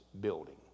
building